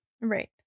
Right